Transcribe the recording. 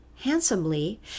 Handsomely